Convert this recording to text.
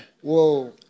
Whoa